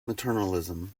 materialism